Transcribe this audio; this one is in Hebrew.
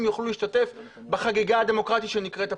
אנשים יוכלו להשתתף בחגיגה הדמוקרטית שנקראת הבחירות.